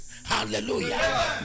hallelujah